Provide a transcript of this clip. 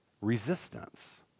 resistance